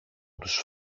τους